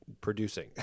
producing